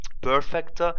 Perfect